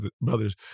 brothers